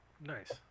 nice